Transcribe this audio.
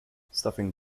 stuffing